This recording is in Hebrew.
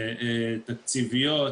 תקציביות,